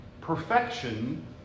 perfection